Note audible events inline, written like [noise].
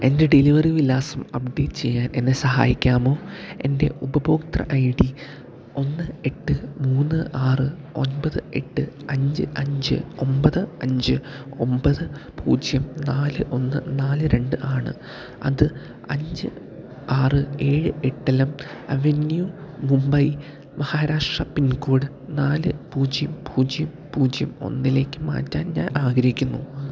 എന്റെ ഡെലിവറി വിലാസം അപ്ഡേറ്റ് ചെയ്യാൻ എന്നെ സഹായിക്കാമോ എന്റെ ഉപഭോക്തൃ ഐ ഡി ഒന്ന് എട്ട് മൂന്ന് ആറ് ഒൻപത് എട്ട് അഞ്ച് അഞ്ച് ഒമ്പത് അഞ്ച് ഒമ്പത് പൂജ്യം നാല് ഒന്ന് നാല് രണ്ട് ആണ് അത് അഞ്ച് ആറ് ഏഴ് [unintelligible] avenue Mumbai Maharashtra pin code നാല് പൂജ്യം പൂജ്യം പൂജ്യം ഒന്നിലേക്കു മാറ്റാൻ ഞാൻ ആഗ്രഹിക്കുന്നു